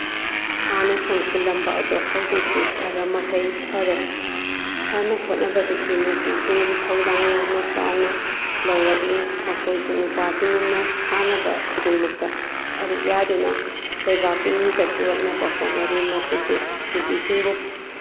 ꯍꯥꯟꯅ ꯆꯪꯁꯜꯂꯝꯕ ꯑꯗꯣ ꯍꯧꯖꯤꯛꯇꯤ ꯈꯔ ꯃꯈꯩ ꯐꯔꯦ ꯁꯥꯟꯅ ꯈꯣꯠꯅꯕꯗꯁꯨ ꯅꯨꯄꯤꯁꯤꯡꯒꯤ ꯊꯧꯗꯥꯡ ꯌꯥꯝꯅ ꯆꯥꯎꯅ ꯂꯧꯔꯛꯂꯤ ꯃꯈꯣꯏꯁꯨ ꯅꯨꯄꯥꯁꯤꯡꯒꯨꯝꯅ ꯁꯥꯟꯅꯕ ꯈꯨꯗꯤꯡꯃꯛꯇ ꯁꯔꯨꯛ ꯌꯥꯗꯨꯅ ꯂꯩꯕꯥꯛꯀꯤ ꯃꯤꯡꯆꯠ ꯄꯨꯔꯛꯅꯕ ꯍꯣꯠꯅꯔꯤ ꯃꯁꯤꯁꯨ ꯅꯨꯄꯤꯁꯤꯡꯕꯨ